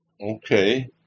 Okay